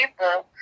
People